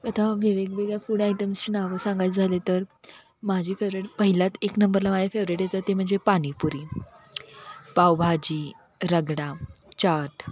आता वेगवेगळ्या फूड आयटम्सची नावं सांगायची झाली तर माझी फेवरेट पहिल्यात एक नंबरला माझी फेवरेट येतं ते म्हणजे पाणीपुरी पावभाजी रगडा चाट